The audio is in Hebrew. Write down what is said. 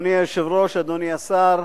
אדוני היושב-ראש, אדוני השר,